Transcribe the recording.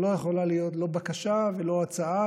זו לא יכולה להיות לא בקשה ולא הצעה,